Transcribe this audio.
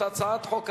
הצעת חוק